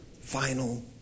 final